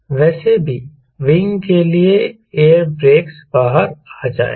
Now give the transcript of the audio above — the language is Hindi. वैसे भी विंग के लिए एयर ब्रेक बाहर आ जाएगा